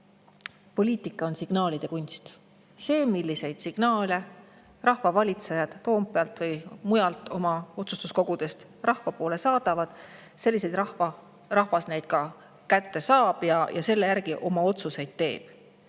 poliitika signaalide kunst. Milliseid signaale rahva valitsejad Toompealt või mujalt oma otsustuskogudest rahva poole saadavad, neid rahvas ka kätte saab ja nende järgi oma otsuseid teeb.